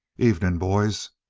evening, boys.